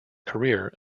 career